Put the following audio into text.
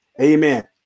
amen